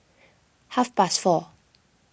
half past four